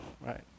right